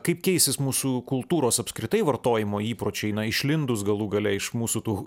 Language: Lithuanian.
kaip keisis mūsų kultūros apskritai vartojimo įpročiai na išlindus galų gale iš mūsų tų